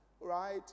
right